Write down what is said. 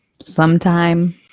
sometime